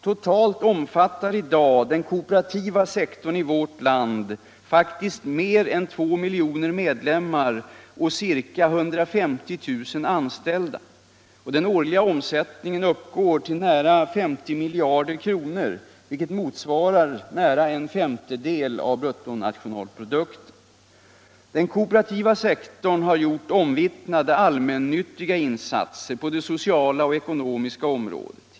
Totalt omfattar i dag den kooperativa sektorn i vårt land faktiskt mer än två miljoner medlemmar och ca 150 000 anställda. Den årliga omsättningen uppgår till nära 50 miljarder kronor, vilket motsvarar nära en femtedel av bruttonationalprodukten. Den kooperativa sektorn har gjort omvittnade allmännyttiga insatser på det sociala och ekonomiska området.